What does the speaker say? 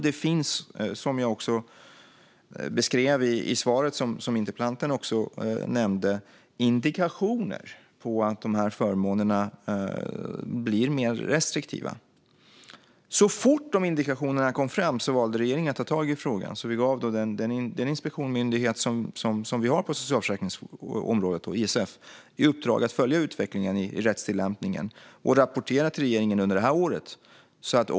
Det finns, som jag beskrev i svaret och som interpellanten också nämnde, indikationer på att de här förmånerna blir mer restriktiva. Så fort de indikationerna kom fram valde regeringen att ta tag i frågan. Vi gav då den inspektionsmyndighet som vi har på socialförsäkringsområdet, ISF, i uppdrag att följa utvecklingen inom rättstillämpningen och rapportera till regeringen under det här året.